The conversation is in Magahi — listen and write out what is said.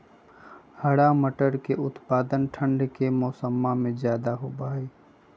हरा मटर के उत्पादन ठंढ़ के मौसम्मा में ज्यादा होबा हई